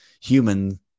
human